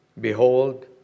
behold